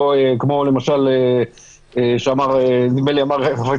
יכול להיות שלא תהיה אף הדבקה בחדר כושר